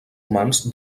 romans